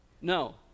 No